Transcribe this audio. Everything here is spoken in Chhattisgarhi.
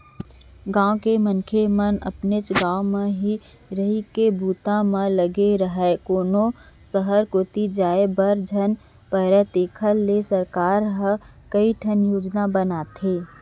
गाँव के मनखे मन अपनेच गाँव म ही रहिके बूता म लगे राहय, कोनो सहर कोती जाय बर झन परय तेखर बर सरकार ह कइठन योजना बनाथे